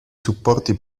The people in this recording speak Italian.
supporti